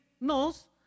knows